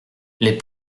les